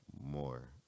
more